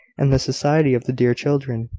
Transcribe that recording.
and the society of the dear children,